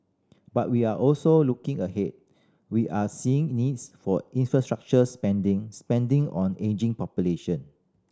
but we are also looking ahead we are seeing needs for infrastructure spending spending on ageing population